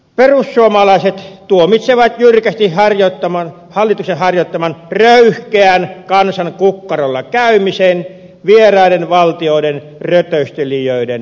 perussuomalaiset tuomitsevat jyrkästi hallituksen harjoittaman röyhkeän kansan kukkarolla käymisen vieraiden valtioiden rötöstelijöiden pelastamiseksi